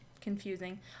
confusing